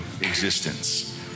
existence